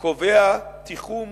קובע תיחום